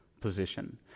position